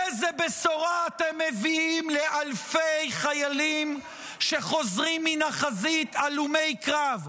איזה בשורה אתם מביאים לאלפי חיילים שחוזרים מן החזית הלומי קרב?